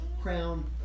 crown